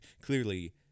clearly